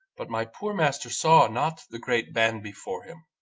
but my poor master saw not the great band before him.